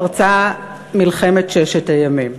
פרצה מלחמת ששת הימים.